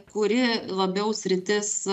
kuri labiau sritis